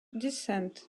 descent